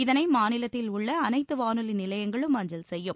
இதனை மாநிலத்தில் உள்ள அனைத்து வானொலி நிலையங்களும் அஞ்சல் செய்யும்